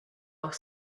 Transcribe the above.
auch